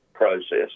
Process